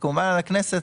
וכמובן על הכנסת,